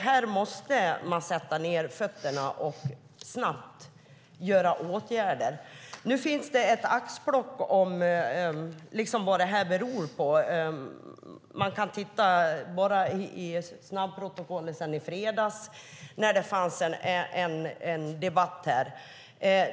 Här måste man sätta ned fötterna och vidta åtgärder snabbt. Det finns ett axplock av orsaker till detta. Vi kan bara titta i snabbprotokollet från i fredags när det var en debatt här.